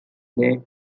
blade